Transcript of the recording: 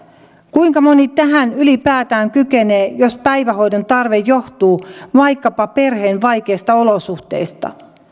kuinka moni tähän ylipäätään kykenee jos päivähoidon tarve johtuu vaikkapa perheen vaikeista olosuhteista